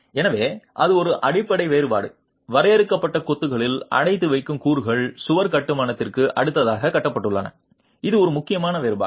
எனவே அது ஒரு அடிப்படை வேறுபாடு வரையறுக்கப்பட்ட கொத்துக்களில் அடைத்து வைக்கும் கூறுகள் சுவர் கட்டுமானத்திற்கு அடுத்ததாக கட்டப்பட்டுள்ளன இது ஒரு முக்கியமான வேறுபாடு